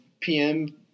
PM